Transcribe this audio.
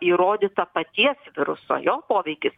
įrodyta paties viruso jo poveikis